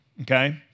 okay